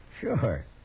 Sure